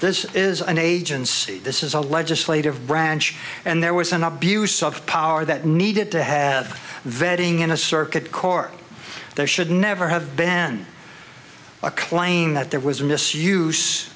this is an agency this is a legislative branch and there was an abuse of power that needed to have vetting in a circuit court there should never have been a claim that there was misuse